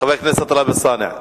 חבר הכנסת טלב אלסאנע?